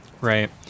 Right